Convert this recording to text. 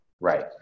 Right